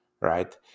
right